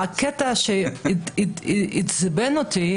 יוליה מלינובסקי (יו"ר ועדת מיזמי תשתית